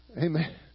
Amen